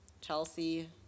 Chelsea